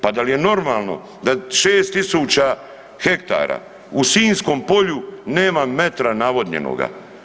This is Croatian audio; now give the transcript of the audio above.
Pa dal je normalno da 6000 hektara u Sinjskom polju nema metra navodnjenoga?